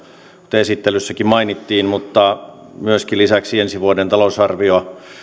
kuten esittelyssäkin mainittiin mutta lisäksi ensi vuoden talousarviota